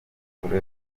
akora